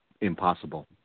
impossible